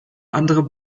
andere